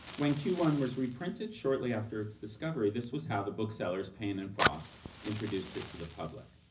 when q one was reprinted shortly after its discovery this was how the booksellers payne and foss introduced it to the public.